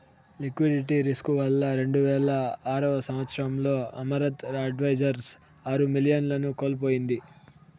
liquidity risk వల్ల రెండువేల ఆరవ సంవచ్చరంలో అమరత్ అడ్వైజర్స్ ఆరు మిలియన్లను కోల్పోయింది